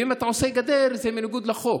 ואם אתה עושה גדר זה בניגוד לחוק.